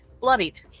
bloodied